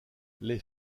les